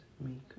make